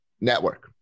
network